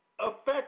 affect